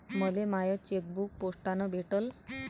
मले माय चेकबुक पोस्टानं भेटल